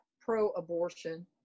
pro-abortion